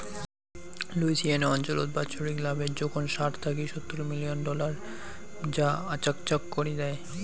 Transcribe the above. Louisiana অঞ্চলত বাৎসরিক লাভের জোখন ষাট থাকি সত্তুর মিলিয়ন ডলার যা আচাকচাক করি দ্যায়